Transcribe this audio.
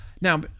Now